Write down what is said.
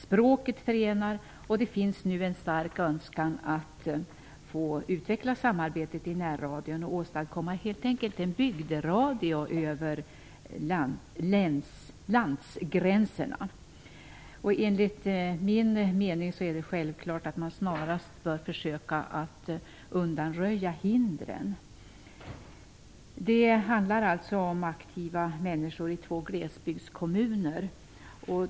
Språket förenar, och det finns nu en stark önskan att få utveckla samarbetet i närradion för att helt enkelt åstadkomma en bygderadio som sträcker sig över landsgränserna. Enligt min mening är det självklart att man snarast bör försöka undanröja hindren. Det handlar alltså om aktiva människor i två glesbygdskommuner.